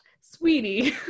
sweetie